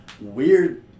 weird